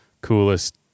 Coolest